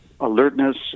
alertness